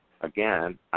again